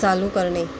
चालू करणे